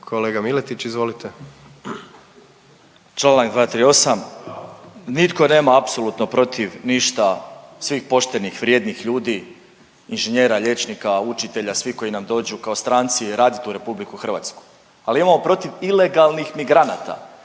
**Miletić, Marin (MOST)** Čl. 238. Nitko nema apsolutno protiv ništa svih poštenih, vrijednih ljudi, inženjera, liječnika, učitelja, svi koji nam dođu kao stranci radit u Republiku Hrvatsku. Ali imamo protiv ilegalnih migranata,